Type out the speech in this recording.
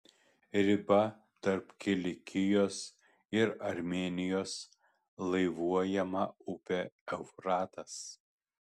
riba tarp kilikijos ir armėnijos laivuojama upė eufratas